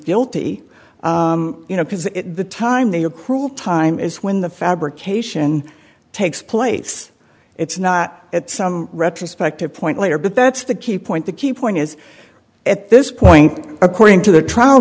guilty you know because the time they are cruel time is when the fabrication takes place it's not at some retrospective point later but that's the key point the key point is at this point according to the trial